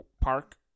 park